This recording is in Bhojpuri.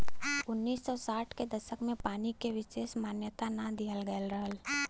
उन्नीस सौ साठ के दसक में पानी को विसेस मान्यता ना दिहल गयल रहल